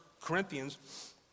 Corinthians